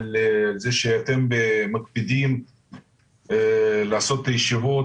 על זה שאתם מקפידים לעשות את הישיבות